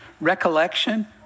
recollection